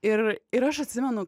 ir ir aš atsimenu